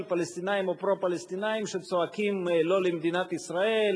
פלסטינים או פרו-פלסטינים שצועקים "לא למדינת ישראל",